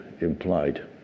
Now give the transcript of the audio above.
implied